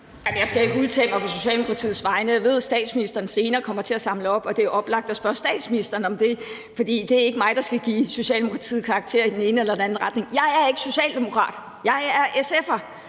Jeg skal ikke udtale mig på Socialdemokratiets vegne. Jeg ved, at statsministeren senere kommer til at samle op på debatten, og det er oplagt at spørge statsministeren om det, for det er ikke mig, der skal give Socialdemokratiet karakterer i den ene eller den anden retning. Jeg er ikke socialdemokrat, jeg er SF'er.